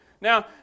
Now